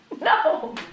No